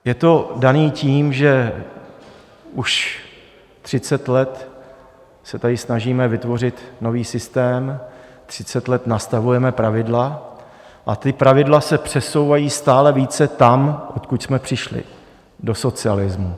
Je to dané tím, že už 30 let se tady snažíme vytvořit nový systém, 30 let nastavujeme pravidla, a ta pravidla se přesouvají stále více tam, odkud jsme přišli, do socialismu.